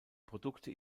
produkte